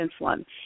insulin